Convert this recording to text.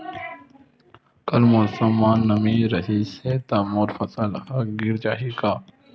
कल मौसम म नमी रहिस हे त मोर फसल ह गिर जाही का?